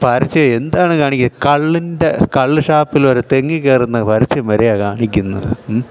പരസ്യം എന്താണ് കാണിക്കുന്നത് കള്ളിൻ്റെ കള്ള് ഷാപ്പില്രെ തെങ്ങിൽ കേറുന്ന പരസ്യം വരെയാണ് കാണിക്കുന്നത്